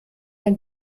ein